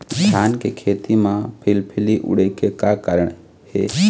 धान के खेती म फिलफिली उड़े के का कारण हे?